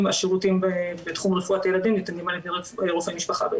השירותים בתחום רפואת ילדים ניתנים על ידי רופאי משפחה.